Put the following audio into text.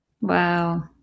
wow